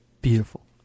Beautiful